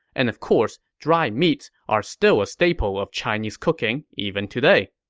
and of course, dried meats are still a staple of chinese cooking even today